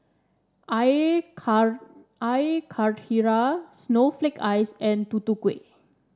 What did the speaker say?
air car Air Karthira Snowflake Ice and Tutu Kueh